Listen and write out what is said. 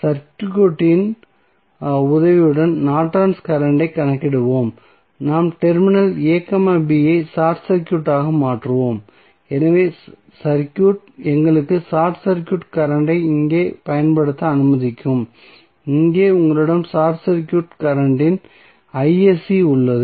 சர்க்யூட்டின் உதவியுடன் Norton's current ஐக் கணக்கிடுவோம் நாம் டெர்மினல் a b ஐ ஷார்ட் சர்க்யூட்டாக மாற்றுவோம் எனவே சர்க்யூட் எங்களுக்கு ஷார்ட் சர்க்யூட் கரண்ட் ஐ இங்கே பயன்படுத்த அனுமதிக்கும் இங்கே உங்களிடம் ஷார்ட் சர்க்யூட் கரண்ட் இன் உள்ளது